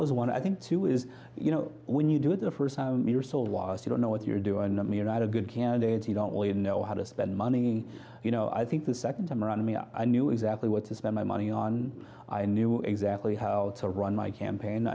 was one i think two is you know when you do it the first year sold was you don't know what you're doing them you're not a good candidate you don't really know how to spend money you know i think the second time around me i knew exactly what to spend my money on i knew exactly how well to run my campaign